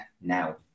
now